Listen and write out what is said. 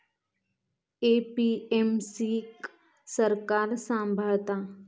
APMC क सरकार सांभाळता